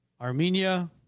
armenia